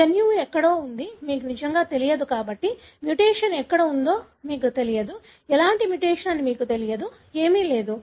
జన్యువు ఎక్కడ ఉందో మీకు నిజంగా తెలియదు కాబట్టి మ్యుటేషన్ ఎక్కడ ఉందో మీకు తెలియదు ఎలాంటి మ్యుటేషన్ అని మీకు తెలియదు ఏమీ లేదు